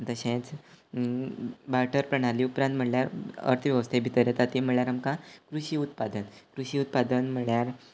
तशेंच बार्टर प्रणाली उपरान म्हळ्ळ्यार अर्थवेवस्थे भितर येता ती म्हळ्ळ्यार आमकां कृशी उत्पादन कृशी उत्पादन म्हळ्ळ्यार